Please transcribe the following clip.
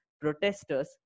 protesters